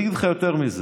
אני אגיד לך יותר מזה: